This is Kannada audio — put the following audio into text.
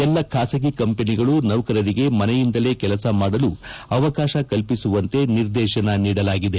ಎಲ್ಲಾ ಖಾಸಗಿ ಕಂಪನಿಗಳು ನೌಕರರಿಗೆ ಮನೆಯಿಂದಲೇ ಕೆಲಸ ಮಾಡಲು ಅವಕಾಶ ಕಲ್ಪಿಸುವಂತೆ ನಿರ್ದೇಶನ ನೀಡಲಾಗಿದೆ